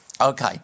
okay